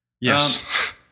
Yes